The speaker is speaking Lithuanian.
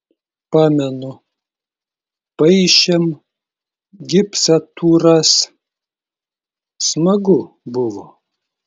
pamenu paišėm gipsatūras smagu buvo